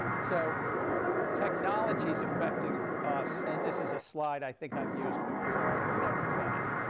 so technology is affecting us. and this is a slide i think i've used before with everybody.